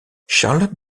charlotte